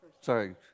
sorry